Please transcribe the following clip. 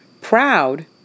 proud